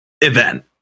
event